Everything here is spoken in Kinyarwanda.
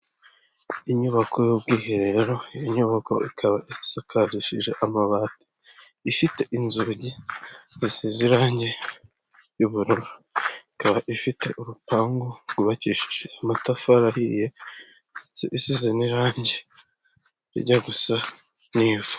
Inyubako y'ubwiherero, iyi nyubako ikaba isakarishije amabati, ifite inzugi zisize irangi ry'ubururu, ikaba ifite urupangu rwubakishije amatafari ahiye, isize n'irangi rijya gusa n'ivu.